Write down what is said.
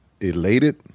elated